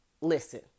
Listen